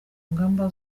ngamba